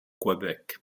quebec